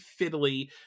fiddly